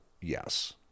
yes